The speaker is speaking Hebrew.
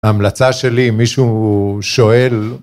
ההמלצה שלי אם מישהו שואל